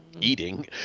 eating